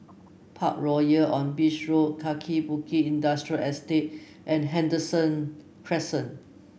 Parkroyal on Beach Road Kaki Bukit Industrial Estate and Henderson Crescent